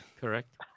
Correct